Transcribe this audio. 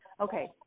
Okay